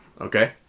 Okay